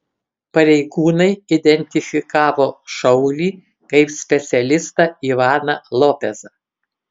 pareigūnai identifikavo šaulį kaip specialistą ivaną lopezą